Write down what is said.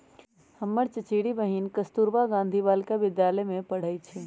हमर चचेरी बहिन कस्तूरबा गांधी बालिका विद्यालय में पढ़इ छइ